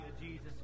Jesus